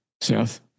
Seth